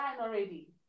already